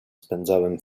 spędzałem